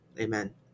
Amen